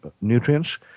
nutrients